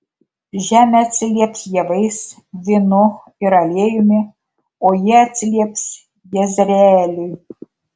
žemė atsilieps javais vynu ir aliejumi o jie atsilieps jezreeliui